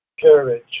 courage